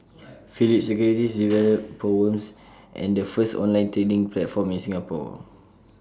Phillip securities developed poems the first online trading platform in Singapore